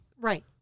Right